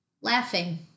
laughing